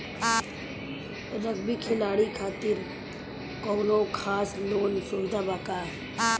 Rugby खिलाड़ी खातिर कौनो खास लोन सुविधा बा का?